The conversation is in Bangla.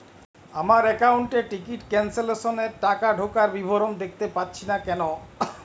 আমার একাউন্ট এ টিকিট ক্যান্সেলেশন এর টাকা ঢোকার বিবরণ দেখতে পাচ্ছি না কেন?